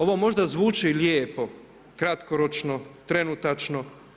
Ovo možda zvuči lijepo kratkoročno, trenutačno.